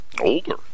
older